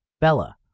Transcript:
Bella